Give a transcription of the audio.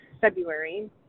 February